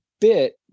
bit